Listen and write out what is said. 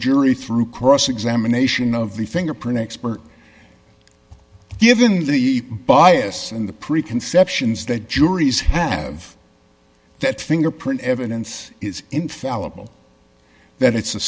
jury through cross examination of the fingerprint expert given the bias in the preconceptions that juries have that fingerprint evidence is infallible that it's a